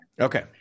Okay